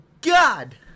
God